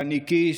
פניקיסט,